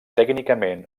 tècnicament